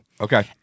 Okay